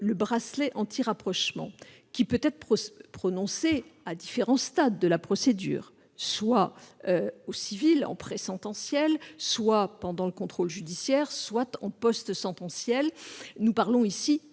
le bracelet anti-rapprochement, qui peut être prononcé à différents stades de la procédure civile- en pré-sentenciel, pendant le contrôle judiciaire ou en post-sentenciel -, ne constitue